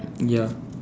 ya